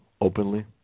openly